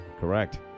Correct